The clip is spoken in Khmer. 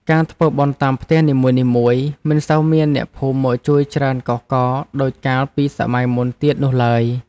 ការធ្វើបុណ្យតាមផ្ទះនីមួយៗមិនសូវមានអ្នកភូមិមកជួយច្រើនកុះករដូចកាលពីសម័យមុនទៀតនោះឡើយ។